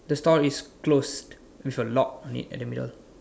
the store is closed with a lock o it at the middle